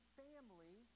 family